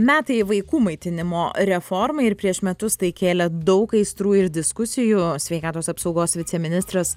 metai vaikų maitinimo reformai ir prieš metus tai kėlė daug aistrų ir diskusijų sveikatos apsaugos viceministras